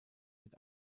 mit